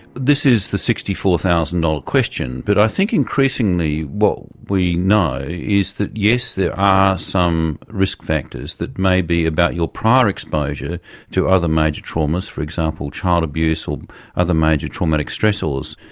this is the sixty four thousand dollars question. but i think increasingly what we know is that yes there are some risk factors that may be about your prior exposure to other major traumas, for example child abuse or other major traumatic stressors,